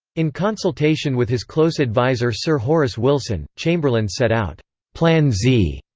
in consultation with his close adviser sir horace wilson, chamberlain set out plan z.